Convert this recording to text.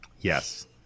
Yes